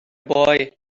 boy